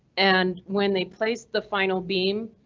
and when they placed the final beam,